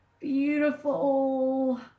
beautiful